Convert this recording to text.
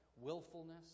willfulness